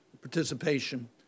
participation